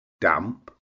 damp